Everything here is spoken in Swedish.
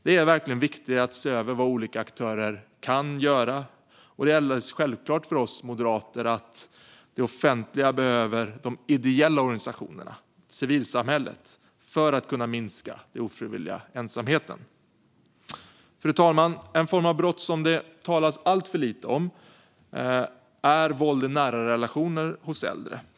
Det är verkligen viktigt att se över vad olika aktörer kan göra. Och det är alldeles självklart för oss moderater att det offentliga behöver de ideella organisationerna, civilsamhället, för att kunna minska den ofrivilliga ensamheten. Fru talman! En form av brott som det talas alltför lite om är våld i nära relationer bland äldre.